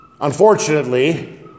Unfortunately